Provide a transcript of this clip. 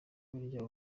burya